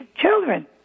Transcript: children